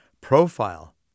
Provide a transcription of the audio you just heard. profile